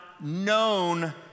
known